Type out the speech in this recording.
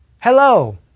Hello